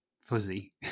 fuzzy